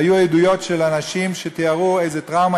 היו עדויות של אנשים שתיארו איזה טראומה